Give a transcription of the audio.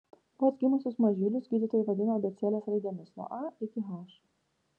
vos gimusius mažylius gydytojai vadino abėcėlės raidėmis nuo a iki h